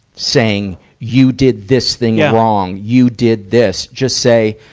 saying you did this thing wrong. you did this. just say,